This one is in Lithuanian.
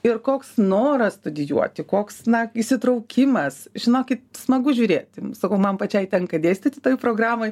ir koks noras studijuoti koks na įsitraukimas žinokit smagu žiūrėti sakau man pačiai tenka dėstyti toj programoj